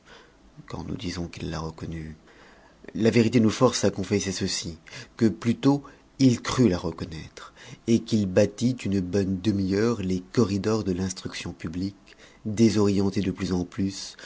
quand nous disons qu'il la reconnut la vérité nous force à confesser ceci que plutôt il crut la reconnaître et qu'il battit une bonne demi-heure les corridors de l'instruction publique désorienté de plus en plus